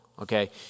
Okay